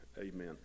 Amen